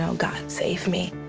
so god, save me.